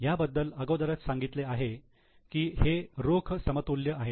याबद्दल अगोदरच सांगितले आहे की हे रोख समतुल्य आहेत